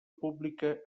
pública